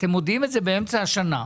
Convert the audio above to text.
אתם מודיעים על זה באמצע השנה.